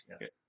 Yes